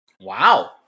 Wow